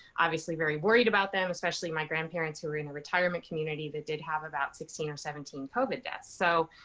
obviously very worried about them, especially my grandparents, who were in a retirement community that did have about sixteen or seventeen covid deaths. so,